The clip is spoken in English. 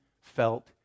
felt